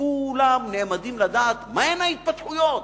כולם נעמדים לדעת מה הן ההתפתחויות,